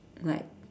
like